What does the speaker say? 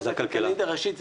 זו הכלכלנית הראשית,